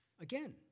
Again